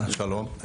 שלום,